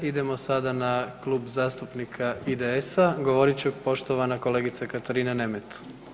Idemo sada na Klub zastupnika IDS-a, govorit će poštovana kolegica Katarina Nemet.